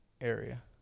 area